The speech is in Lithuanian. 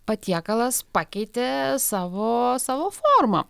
patiekalas pakeitė savo savo formą